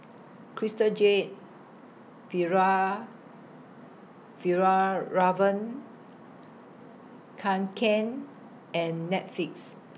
Crystal Jade Fjallraven Kanken and Netflix